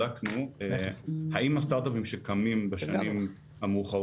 בשנים המאוחרות יותר הן באמת חברות איכותיות יותר.